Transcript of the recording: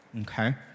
okay